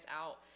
out